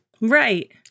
Right